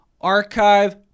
Archive